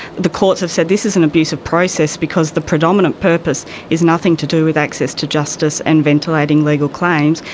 the courts have said this is an abuse of process because the predominant purpose is nothing to do with access to justice and ventilating legal claims,